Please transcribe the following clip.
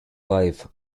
life